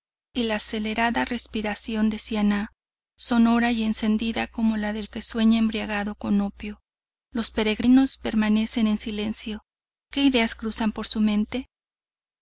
y la acelerada respiración de siannah sonora y encendida como la del que sueña embriagado con opio los peregrinos permanecen en silencio que ideas cruzan por su mente